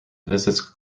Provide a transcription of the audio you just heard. visits